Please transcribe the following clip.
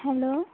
hello